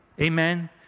Amen